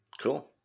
cool